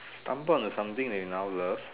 stumbled on a something that you never love